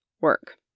work